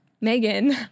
Megan